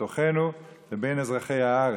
בתוכנו זה בין אזרחי הארץ.